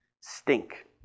Stink